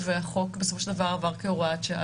שהחוק עבר כהוראת שעה.